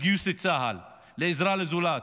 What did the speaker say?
לגיוס לצה"ל, לעזרה לזולת,